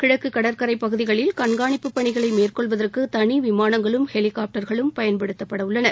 கிழக்கு கடற்கரை பகுதிகளில் கண்காணிப்புப்பணிகளை மேற்கொள்வதற்கு தனி விமானங்களும் ஹெலிகாப்டர்களும் பயன்படுத்தப்படவுள்ளன